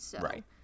Right